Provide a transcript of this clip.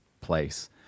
place